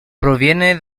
proviene